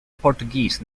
portuguese